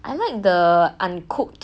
I like the uncooked